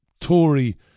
Tory